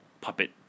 puppet